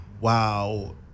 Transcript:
wow